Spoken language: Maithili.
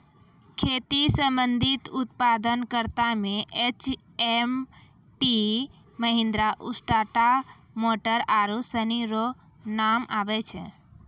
खेती संबंधी उप्तादन करता मे एच.एम.टी, महीन्द्रा, उसा, टाटा मोटर आरु सनी रो नाम आबै छै